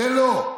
זה לא.